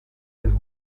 del